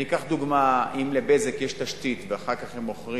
ניקח דוגמה: אם ל"בזק" יש תשתית ואחר כך היא מוכרת